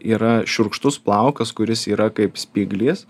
yra šiurkštus plaukas kuris yra kaip spyglys